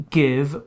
give